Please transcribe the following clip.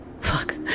fuck